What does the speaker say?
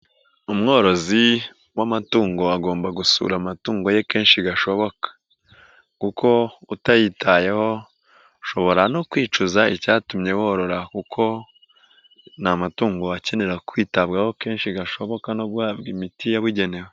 Umworozi w'amatungo agomba gusura amatungo ye kenshi gashoboka, kuko utayitayeho ushobora no kwicuza icyatumye worora, kuko ni amatungo akenera kwitabwaho kenshi gashoboka no guhabwa imiti yabugenewe.